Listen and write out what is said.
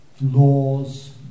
laws